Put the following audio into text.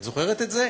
את זוכרת את זה?